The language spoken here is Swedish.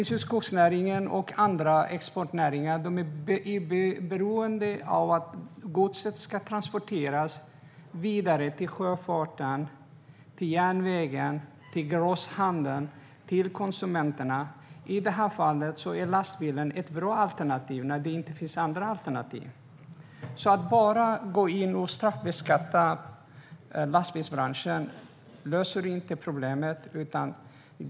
Skogsnäringen och andra exportnäringar är beroende av att godset ska transporteras vidare till sjöfarten, till järnvägen, till grossisthandeln och till konsumenterna. I det fallet är lastbil ett bra alternativ när det inte finns andra alternativ. Att bara straffbeskatta lastbilsbranschen löser inte problemet.